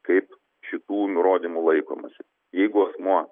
kaip šitų nurodymų laikomasi jeigu asmuo